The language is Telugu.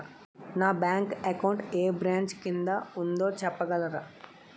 నా బ్యాంక్ అకౌంట్ ఏ బ్రంచ్ కిందా ఉందో చెప్పగలరా?